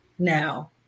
Now